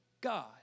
God